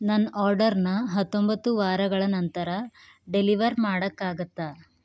ನನ್ನ ಆರ್ಡರನ್ನ ಹತ್ತೊಂಬತ್ತು ವಾರಗಳ ನಂತರ ಡೆಲಿವರ್ ಮಾಡೋಕ್ಕಾಗತ್ತಾ